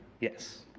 Yes